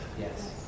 yes